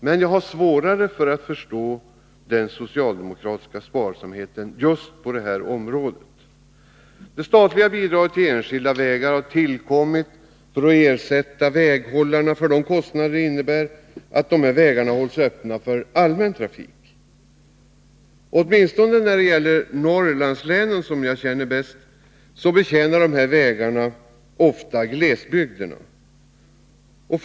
Men det är svårare att förstå den socialdemokratiska sparsamheten på just detta område. Det statliga bidraget till enskilda vägar har tillkommit för att ersätta väghållarna för de kostnader det innebär att hålla dessa vägar öppna för allmän trafik. Åtminstone i Norrlandslänen, som jag känner bäst, betjänar dessa vägar ofta glesbygderna.